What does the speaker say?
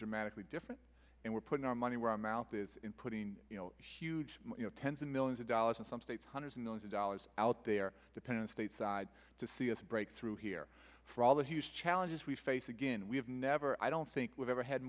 dramatically different and we're putting our money where our mouth is in putting a huge you know tens of millions of dollars in some states hundreds of millions of dollars out there dependent stateside to see us break through here for all the huge challenges we face again we have never i don't think we've ever had